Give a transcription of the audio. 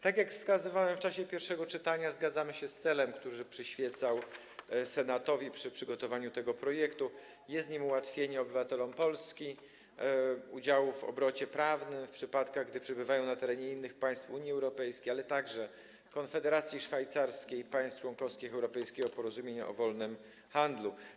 Tak jak wskazywałem w czasie pierwszego czytania, zgadzamy się z celem, który przyświecał Senatowi przy przygotowaniu tego projektu, a jest nim ułatwienie obywatelom Polski udziału w obrocie prawnym, w przypadkach gdy przebywają na terenie innych państw Unii Europejskiej, ale także Konfederacji Szwajcarskiej lub państw członkowskich Europejskiego Porozumienia o Wolnym Handlu.